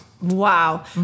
Wow